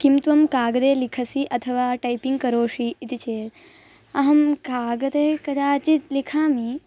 किं त्वं कागदे लिखसि अथवा टैपिङ्ग् करोषि इति चेत् अहं कागदे कदाचित् लिखामि